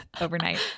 Overnight